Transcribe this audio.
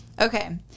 Okay